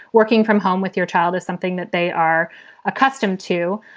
working from home with your child is something that they are accustomed to.